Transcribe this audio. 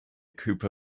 cooper